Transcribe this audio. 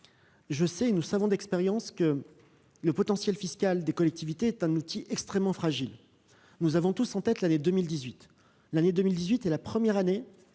dégradée. Nous savons d'expérience que le potentiel fiscal des collectivités est un outil extrêmement fragile. Nous avons tous en tête l'année 2018. Elle a été la première année